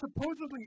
supposedly